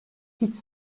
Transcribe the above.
hiç